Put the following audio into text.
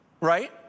right